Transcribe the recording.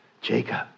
Jacob